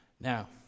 Now